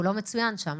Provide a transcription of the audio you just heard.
הוא לא מצוין שם.